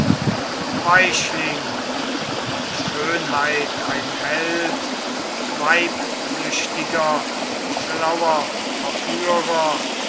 weichling an schönheit ein held weibsüchtiger schlauer verführer